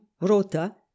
Rota